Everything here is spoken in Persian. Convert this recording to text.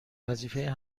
وظیفه